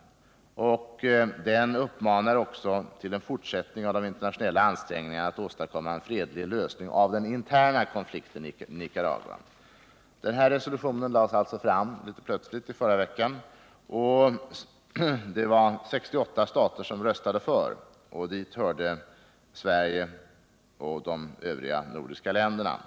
Den uppmanar också till en fortsättning av de internationella ansträngningarna att åstadkomma en fredlig lösning av den interna konflikten i Nicaragua. Den här resolutionen lades alltså fram litet plötsligt i förra veckan. Det var 68 stater som röstade för den. Dit hörde Sverige och de övriga nordiska länderna.